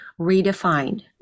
Redefined